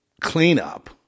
cleanup